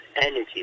energy